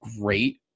great